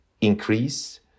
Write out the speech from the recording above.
increase